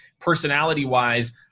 personality-wise